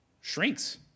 Shrinks